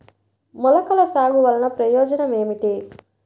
మొలకల సాగు వలన ప్రయోజనం ఏమిటీ?